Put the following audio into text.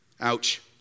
Ouch